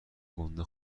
گنده